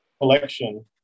collection